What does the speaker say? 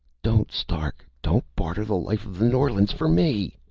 don't, stark! don't barter the life of the norlands for me!